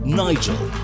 nigel